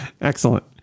Excellent